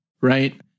Right